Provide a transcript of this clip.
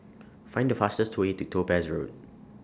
Find The fastest Way to Topaz Road